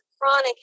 chronic